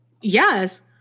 Yes